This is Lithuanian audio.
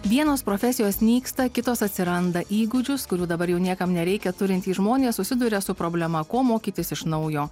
vienos profesijos nyksta kitos atsiranda įgūdžius kurių dabar jau niekam nereikia turintys žmonės susiduria su problema ko mokytis iš naujo